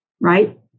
right